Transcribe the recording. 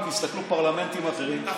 אם תסתכלו על פרלמנטים אחרים,